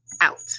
Out